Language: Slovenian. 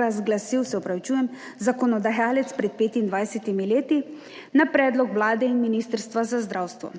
razglasil, se opravičujem, zakonodajalec pred 25. leti na predlog Vlade in Ministrstva za zdravstvo,